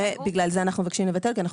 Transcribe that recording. בגלל זה אנחנו מבקשים לבטל כי אנחנו